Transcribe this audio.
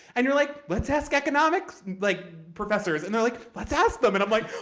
and you're like, let's ask economics like professors. and they're like, let's ask them. and i'm like,